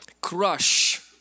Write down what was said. crush